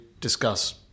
discuss